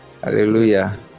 Hallelujah